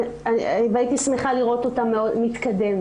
והייתי שמחה לראות אותה מתקדמת.